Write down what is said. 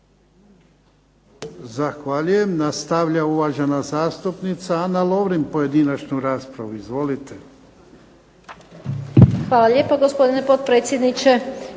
Zahvaljujem. Nastavlja uvažena zastupnika Ana Lovrin pojedinačnu raspravu. Izvolite. **Lovrin, Ana (HDZ)** Hvala lijepa gospodine potpredsjedniče,